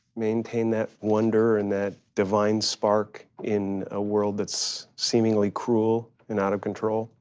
maintain that wonder and that divine spark in a world that's seemingly cruel and out of control.